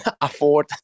afford